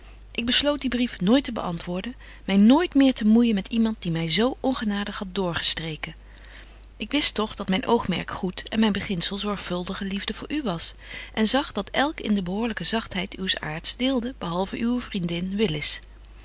ik besloot dien brief nooit te beantwoorden my nooit meer te moeijen met iemand die my zo ongenadig hadt doorgestreken ik wist toch dat myn oogmerk goed en myn beginzel zorgvuldige liefde voor u was en zag dat elk in de bekoorlyke zagtheid uws aarts deelde behalven uwe vriendin willis